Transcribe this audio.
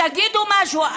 תגידו משהו.